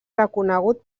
reconegut